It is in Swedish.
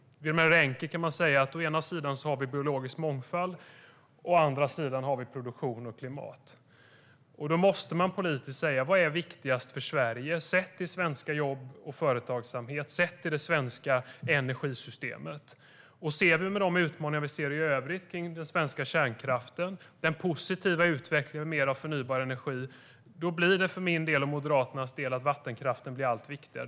Vill man göra det enkelt kan man säga att vi å ena sidan har biologisk mångfald och å andra sidan har produktion och klimat. Man måste politiskt säga: Vad är viktigast för Sverige sett i svenska jobb och svensk företagsamhet och sett i det svenska energisystemet? Ser vi till de utmaningar vi har i övrigt kring den svenska kärnkraften och den positiva utvecklingen med mer av förnybar energi blir för min och Moderaternas del vattenkraften allt viktigare.